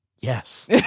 Yes